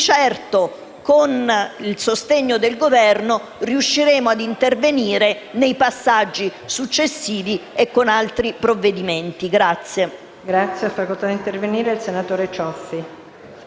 con il sostegno del Governo, riusciremo a intervenire nei passaggi successivi e con altri provvedimenti.